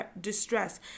distress